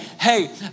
hey